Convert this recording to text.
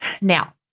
Now